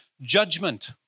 Judgment